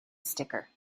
sticker